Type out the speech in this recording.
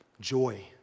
joy